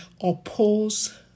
oppose